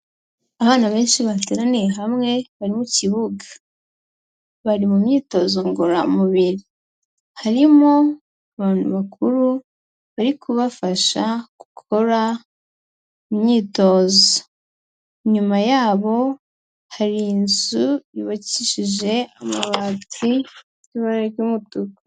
Abana benshi bateraniye hamwe, bari mu kibuga, bari mu myitozo ngororamubiri, harimo abantu bakuru bari kubafasha gukora imyitozo, inyuma yabo hari inzu yubakishije amabati afite ibara ry'umutuku.